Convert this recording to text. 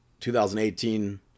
2018